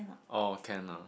oh can lah